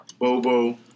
Bobo